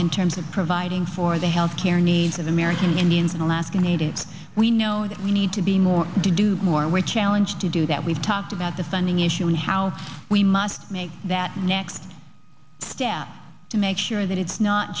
in terms of providing for the health care needs of american indians and alaska natives we know that we need to be more to do more with challenge to do that we've talked about the funding issue and how we must make that next step to make sure that it's not